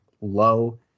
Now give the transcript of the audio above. low